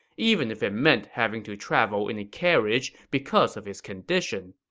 even if it meant having to travel in a carriage because of his condition.